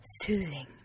soothing